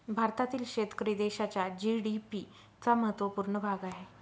भारतातील शेतकरी देशाच्या जी.डी.पी चा महत्वपूर्ण भाग आहे